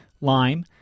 lime